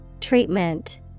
Treatment